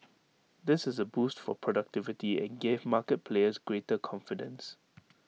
this is A boost for productivity and gave market players greater confidence